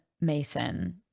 Mason